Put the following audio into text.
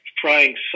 trying